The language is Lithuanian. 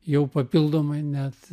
jau papildomai net